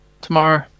Tomorrow